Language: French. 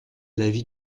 l’avis